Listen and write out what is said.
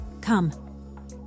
Come